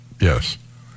yes